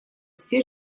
все